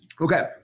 Okay